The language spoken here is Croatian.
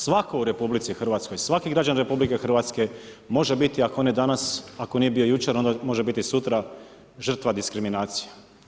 Svako u RH svaki građanin RH može biti ako ne danas, ako nije bio jučer onda može biti sutra žrtva diskriminacije.